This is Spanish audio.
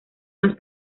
más